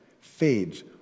fades